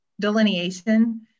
delineation